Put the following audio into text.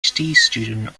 student